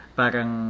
parang